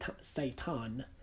Satan